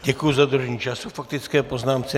Děkuji za dodržení času k faktické poznámce.